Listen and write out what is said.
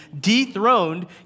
dethroned